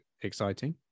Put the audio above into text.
exciting